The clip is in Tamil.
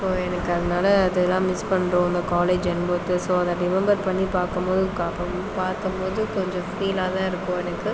ஸோ எனக்கு அதனால அது எல்லாம் மிஸ் பண்ணுறோம் அந்த காலேஜ் அனுபவத்தை ஸோ அதை ரிமெம்பர் பண்ணி பார்க்கும் போது பார்க்கும் போது கொஞ்சம் ஃபீலாக தான் இருக்கும் எனக்கு